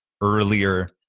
earlier